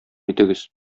итегез